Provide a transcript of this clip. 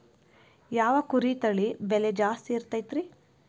ಯಾವ ಕುರಿ ತಳಿ ಬೆಲೆ ಜಾಸ್ತಿ ಇರತೈತ್ರಿ?